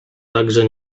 także